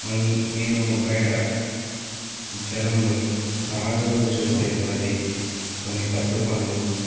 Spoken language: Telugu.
నేను నేను బయట జనంలో సమాజంలో చూసేటటువంటి కొన్ని తప్పుడుపనులు